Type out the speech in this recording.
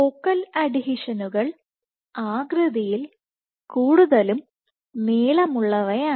focal അഡ്ഹീഷനുകൾ ആകൃതിയിൽ കൂടുതൽ നീളമുള്ളവയാണ്